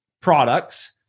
products